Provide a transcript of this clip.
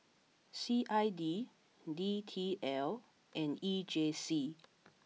C I D D T L and E J C